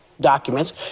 documents